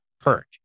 hurt